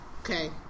okay